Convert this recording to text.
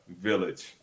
Village